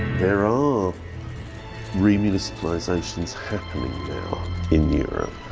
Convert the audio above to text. there are re-municipalizations happening now in europe.